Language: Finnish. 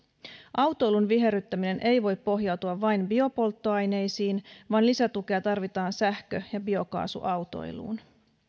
autoilun viherryttäminen ei voi pohjautua vain biopolttoaineisiin vaan lisätukea tarvitaan sähkö ja biokaasuautoiluun